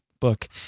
book